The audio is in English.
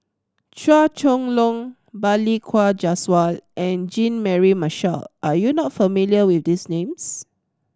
Chua Chong Long Balli Kaur Jaswal and Jean Mary Marshall Are you not familiar with these names